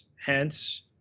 Hence